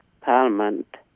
Parliament